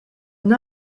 une